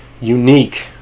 unique